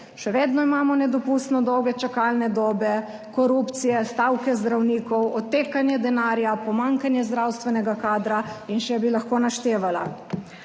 Še vedno imamo nedopustno dolge čakalne dobe, korupcije, stavke zdravnikov, odtekanje denarja, pomanjkanje zdravstvenega kadra in še bi lahko naštevala.